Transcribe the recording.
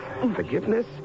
forgiveness